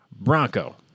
Bronco